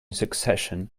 succession